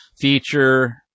feature